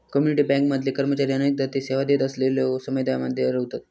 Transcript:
community bank मधले कर्मचारी अनेकदा ते सेवा देत असलेलल्यो समुदायांमध्ये रव्हतत